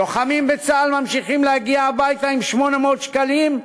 לוחמים בצה"ל ממשיכים להגיע הביתה עם 800 שקלים,